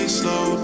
slow